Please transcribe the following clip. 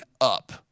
up